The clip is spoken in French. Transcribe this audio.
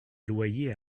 loyers